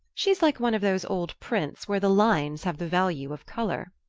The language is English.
she's like one of those old prints where the lines have the value of color.